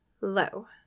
low